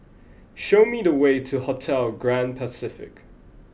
show me the way to Hotel Grand Pacific